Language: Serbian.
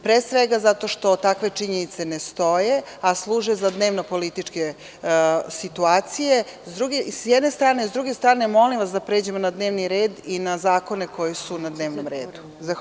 Pre svega, zato što takve činjenice stoje, a služe za dnevno političke situacije, s jedne strane, a sa druge strane molim vas da pređemo na dnevni red i na zakone koji su na dnevnom redu.